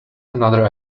another